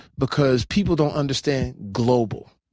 because people don't understand global.